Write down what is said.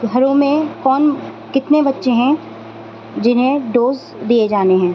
گھروں میں کون کتنے بچے ہیں جنہیں ڈوز دیے جانے ہیں